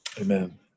Amen